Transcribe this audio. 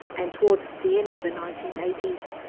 and towards the end of the nineteen eighty s,